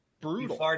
brutal